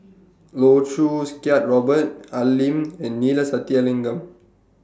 Loh Choo Kiat Robert Al Lim and Neila Sathyalingam